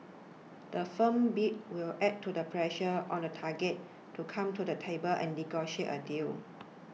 the firm bid will add to the pressure on the target to come to the table and negotiate a deal